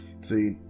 See